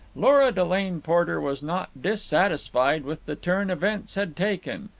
lora delane porter was not dissatisfied with the turn events had taken.